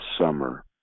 summer